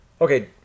okay